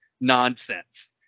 nonsense